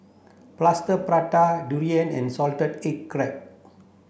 plaster prata durian and salted egg crab